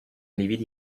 lividi